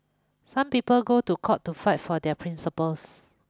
some people go to court to fight for their principles